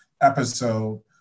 episode